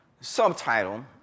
subtitle